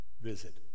visit